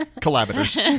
collaborators